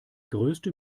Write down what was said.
größte